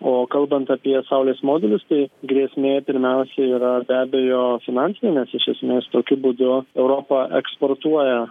o kalbant apie saulės modulius tai grėsmė pirmiausia yra be abejo finansinė nes iš esmės tokiu būdu europa eksportuoja